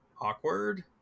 awkward